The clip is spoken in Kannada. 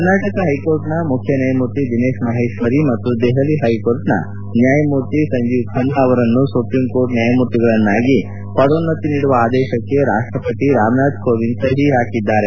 ಕರ್ನಾಟಕ ಹೈಕೋರ್ಟ್ನ ಮುಖ್ಯ ನ್ಯಾಯಮೂರ್ತಿ ದಿನೇಶ್ ಮಹೇಶ್ವರಿ ಮತ್ತು ದೆಹಲಿ ಹೈಕೋರ್ಟ್ನ ನ್ನಾಯಮೂರ್ತಿ ಸಂಜೀವ್ ಖನ್ನಾ ಅವರನ್ನು ಸುಪ್ರೀಂ ಕೋರ್ಟ್ ನ್ನಾಯಮೂರ್ತಿಗಳನ್ನಾಗಿ ಪದನ್ನೋತಿ ನೀಡುವ ಆದೇಶಕ್ಕೆ ರಾಷ್ಟ್ರಪತಿ ರಾಮನಾಥ್ ಕೋವಿಂದ್ ಸಹಿ ಹಾಕಿದ್ದಾರೆ